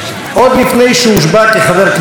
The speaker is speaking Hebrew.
עוד לפני שהושבע כחבר כנסת,